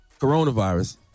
coronavirus